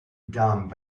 dumb